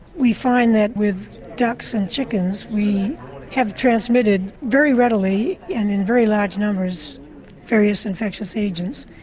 we find that with ducks and chickens we have transmitted very readily and in very large numbers various infectious agents.